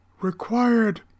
required